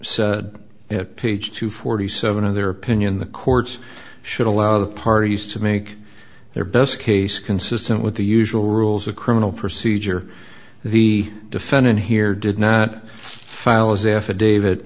at page two forty seven of their opinion the courts should allow the parties to make their best case consistent with the usual rules of criminal procedure the defendant here did not file as affidavit